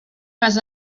vas